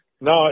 No